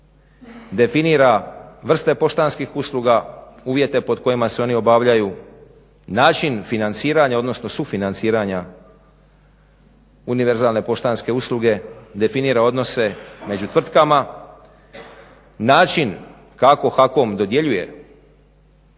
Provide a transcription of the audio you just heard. definira vrste poštanskih usluga, uvjete pod kojima se oni obavljaju, način financiranja odnosno sufinanciranja univerzalne poštanske usluge, definira odnose među tvrtkama, način kao HAKOM dodjeljuje